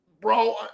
bro